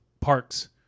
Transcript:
parks